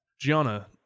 Gianna